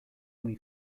muy